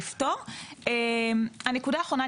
נקודה אחרונה,